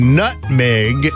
nutmeg